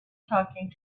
talking